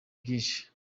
byinshi